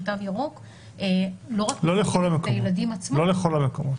תו ירוק לא רק מסכנת את הילדים עצמם --- לא לכל המקומות.